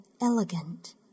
elegant